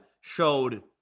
showed